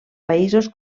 països